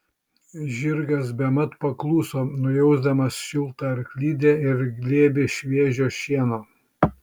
žirgas bemat pakluso nujausdamas šiltą arklidę ir glėbį šviežio šieno